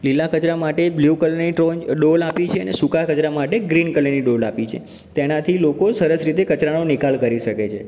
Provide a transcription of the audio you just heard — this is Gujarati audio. લીલા કચરા માટે બ્લુ કલરની ટ્રો ડોલ આપી છે અને સૂકા કચરા માટે ગ્રીન કલરની ડોલ આપી છે તેનાથી લોકો સરસ રીતે કચરાનો નિકાલ કરી શકે છે